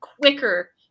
quicker